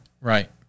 Right